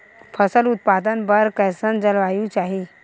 फसल उत्पादन बर कैसन जलवायु चाही?